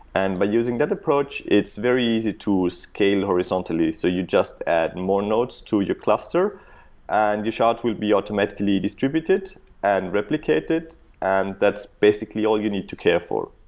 and by using that approach, it's very easy to scale horizontally, so you just add more nodes to your cluster and your shards will be automatically distributed and replicated and that's basically all you need to care for.